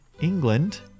England